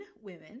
women